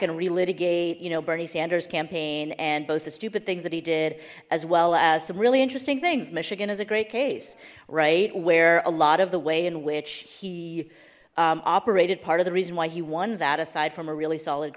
relitigate you know bernie sanders campaign and both the stupid things that he did as well as some really interesting things michigan is a great case right where a lot of the way in which he operated part of the reason why he won that aside from a really solid